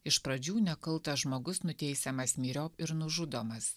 iš pradžių nekaltas žmogus nuteisiamas myriop ir nužudomas